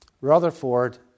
Rutherford